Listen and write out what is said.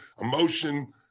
emotion